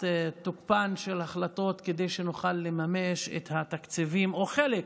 תוקף של החלטות כדי שנוכל לממש את התקציבים או חלק